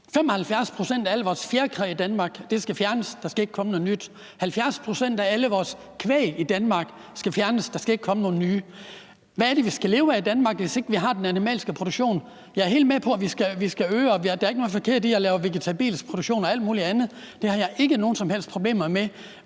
fjerkræ skal fjernes, og der skal ikke komme noget nyt; 70 pct. af vores kvæg i Danmark skal fjernes, og der skal ikke komme noget nyt. Hvad er det, vi skal leve af i Danmark, hvis ikke vi har den animalske produktion? Jeg er helt med på, at vi skal øge den vegetabilske produktion og alt muligt andet – det er der ikke noget forkert i, og det